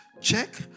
check